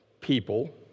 people